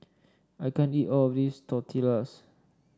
I can't eat all of this Tortillas